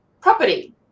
property